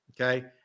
okay